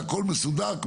והכל מסודר,